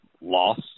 loss